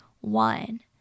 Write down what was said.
one